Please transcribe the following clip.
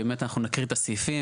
כי באמת אנחנו נקריא את הסעיפים.